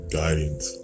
guidance